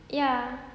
ya